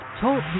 Talk